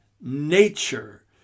nature